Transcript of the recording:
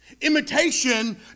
Imitation